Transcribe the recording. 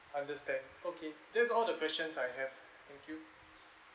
understand okay that's all the questions I have thank you